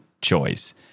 choice